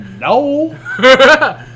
No